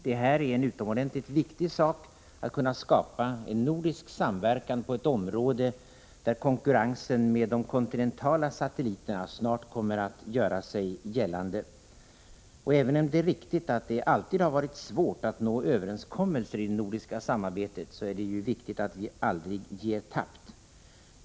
Det är utomordentligt viktigt att kunna skapa nordisk samverkan på ett område där konkurrens från de kontinentala satelliterna snart kommer att göra sig gällande. Även om det är riktigt att det alltid har varit svårt att nå överenskommelser i det nordiska samarbetet, är det viktigt att vi aldrig ger tappt.